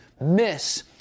miss